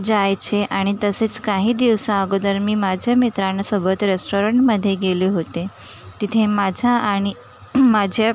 जायचे आणि तसेच काही दिवसांअगोदर मी माझ्या मित्रांसोबत रेस्टाॅरंटमध्ये गेले होते तिथे माझा आणि माझ्या